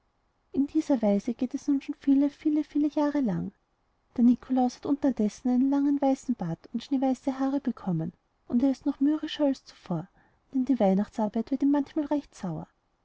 in dieser weise geht es nun schon viele viele viele jahre lang der nikolaus hat unterdessen einen langen weißen bart und schneeweiße haare bekommen und er ist noch mürrischer als zuvor denn die weihnachtsarbeit wird ihm manchmal recht sauer